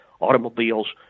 Automobiles